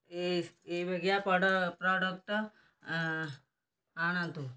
ଏ ଏବାଗିଆ ପ୍ରଡ଼କ୍ଟ ଆଣନ୍ତୁ